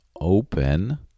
open